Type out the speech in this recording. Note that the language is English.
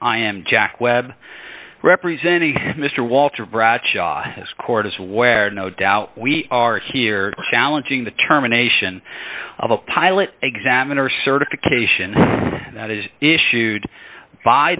i am jack webb representing mr walter bradshaw this court is where no doubt we are here challenging the terminations of a pilot examiner certification that is issued by